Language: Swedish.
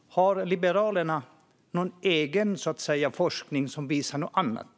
Har Liberalerna någon egen forskning som visar något annat?